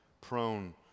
prone